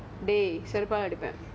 even if they